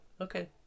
okay